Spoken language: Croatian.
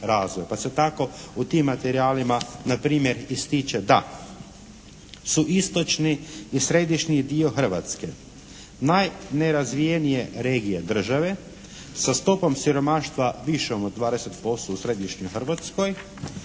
pa se tako u tim materijalima npr. ističe da su istočni i središnji dio Hrvatske najnerazvijenije regije države sa stopom siromaštva višom od 20% u središnjoj Hrvatskoj